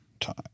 time